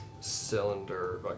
cylinder